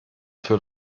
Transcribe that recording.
für